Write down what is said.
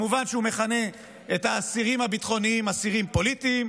מובן שהוא מכנה את האסירים הביטחוניים "אסירים פוליטיים",